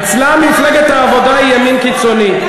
אצלם מפלגת העבודה היא ימין קיצוני.